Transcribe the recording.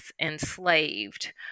enslaved